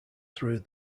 through